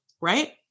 right